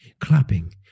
clapping